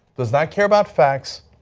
does not care about facts.